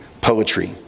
poetry